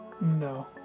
no